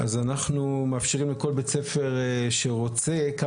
אז אנחנו מאפשרים לכל בית ספר שרוצה כמה אוטובוסים.